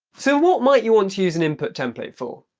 so what might you want to use an input template for?